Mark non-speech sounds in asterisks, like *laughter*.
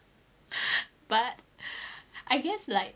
*laughs* but I guess like